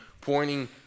pointing